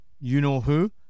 you-know-who